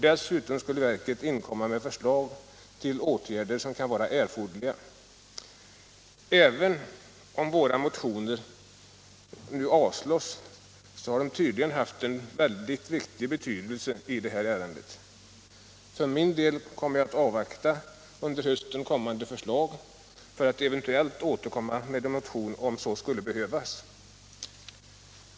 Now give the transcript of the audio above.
Dessutom skulle verket inkomma med förslag till åtgärder som kan vara erforderliga. Även om våra motioner nu avslås har de tydligen haft en mycket stor betydelse i det här ärendet. För min del kommer jag att avvakta de förslag som kan komma under hösten för att eventuellt återkomma med en motion, om så skulle behövas.